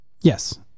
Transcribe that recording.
Yes